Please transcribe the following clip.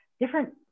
different